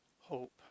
hope